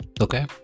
Okay